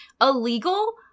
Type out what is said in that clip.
illegal